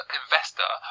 investor